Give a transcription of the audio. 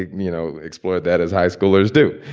you know, explore that as high schoolers do.